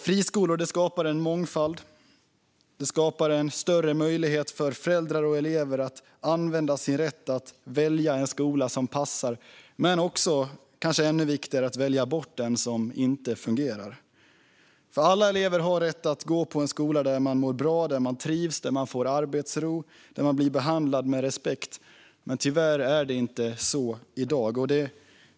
Friskolor skapar en mångfald och en större möjlighet för föräldrar och elever att använda sin rätt att välja en skola som passar, men också, kanske ännu viktigare, att välja bort en som inte fungerar. Alla elever har rätt att gå på en skola där man mår bra, trivs, får arbetsro och blir behandlad med respekt. Men tyvärr är det inte så i dag.